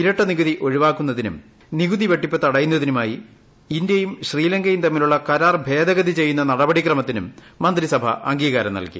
ഇരട്ട നികുതി ഒഴിവാക്കുന്നതിനും നികുതി വെട്ടിപ്പ് തടയുന്നതിനുമായി ഇന്ത്യയും ശ്രീലങ്കയും തമ്മിലുള്ള കരാർ ഭേദഗതി ചെയ്യുന്ന നടപടി ക്രമത്തിനും മന്ത്രിസഭ അംഗീകാരം നൽകി